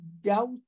doubt